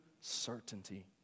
certainty